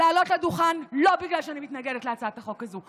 לעלות לדוכן לא בגלל שאני מתנגדת להצעת החוק הזאת,